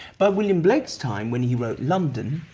but william blake's time, when he wrote london.